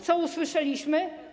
Co usłyszeliśmy?